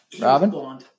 Robin